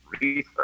research